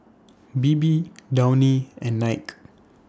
Bebe Downy and Nike